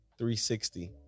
360